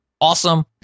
awesome